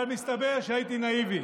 אבל מסתבר שהייתי נאיבי.